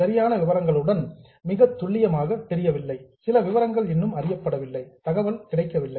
சரியான விவரங்களுடன் full accuracy மிகத் துல்லியமாக தெரியவில்லை சில விவரங்கள் இன்னும் அறியப்படவில்லை தகவல் கிடைக்கவில்லை